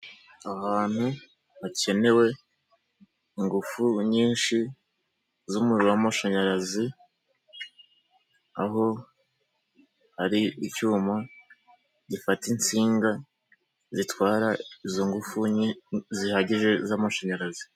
Ahantu hakenewe ingufu nyinshi z'umuriro w'amashanyarazi, aho hari icyuma gifata insinga zitwara izo ngufu zihagije z'amashanyarazi.